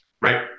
Right